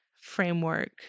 framework